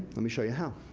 let me show you how.